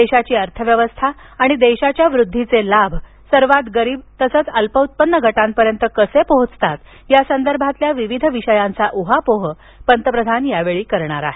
देशाची अर्थव्यवस्था आणि देशाच्या वृद्धिचे लाभ सर्वात गरीब तसंच अल्प उत्पन्न गटांपर्यंत कसे पोहोचतात या संदर्भातील विविध विषयांचा उहापोह पंतप्रधान यावेळी करणार आहेत